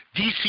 DC